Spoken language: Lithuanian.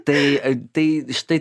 tai tai štai